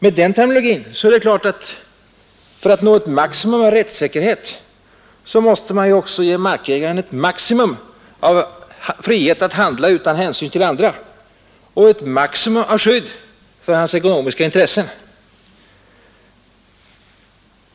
Med den terminologin är det klart att man för att nå ett maximum av rättssäkerhet måste ge markägaren ett maximum av frihet att handla utan hänsyn till andra och ett maximum av skydd för hans ekonomiska intressen.